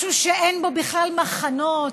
משהו שאין בו בכלל מחנות,